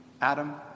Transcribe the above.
Adam